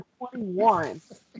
21